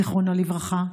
זיכרונה לברכה,